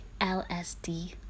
LSD